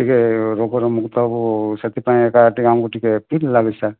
ଟିକିଏ ରୋଗରୁ ମୁକ୍ତ ହେବୁ ସେଥିପାଇଁ ଏକା ଟିକିଏ ଆମକୁ ଟିକିଏ ଠିକ୍ ଲାଗୁଛି ସାର୍